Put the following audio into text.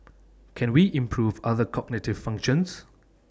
can we improve other cognitive functions